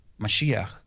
Mashiach